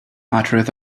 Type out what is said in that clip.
uttereth